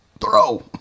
Throw